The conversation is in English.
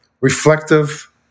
reflective